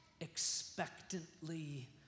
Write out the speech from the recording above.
expectantly